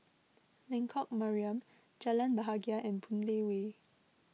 Lengkok Mariam Jalan Bahagia and Boon Lay Way